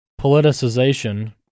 politicization